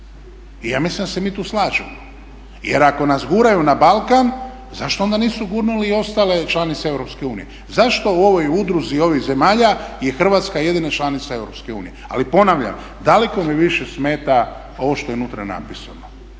i ja mislim da se mi tu slažemo. Jer ako nas guraju na Balkan zašto onda nisu gurnuli i ostale članice Europske unije? Zašto u ovoj udruzi ovih zemalja je Hrvatska jedina članica Europske unije? Ali ponavljam, daleko mi više smeta ovo što je unutra napisano